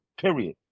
period